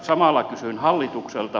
samalla kysyn hallitukselta